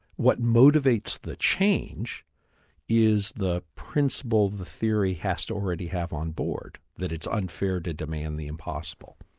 what motivates the change is the principle the theory has to already have on board, that it's unfair to demand the impossible.